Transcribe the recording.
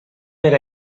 per